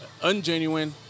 ungenuine